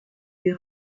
des